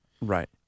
Right